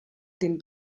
den